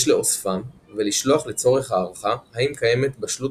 יש לאוספם ולשלוח לצורך הערכה האם קיימת בשלות